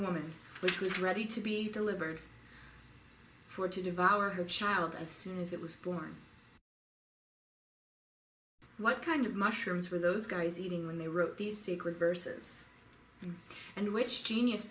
woman which was ready to be delivered for to devour her child as soon as it was born what kind of mushrooms were those guys eating when they wrote these secret verses and which genius